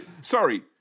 sorry